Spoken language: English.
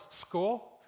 school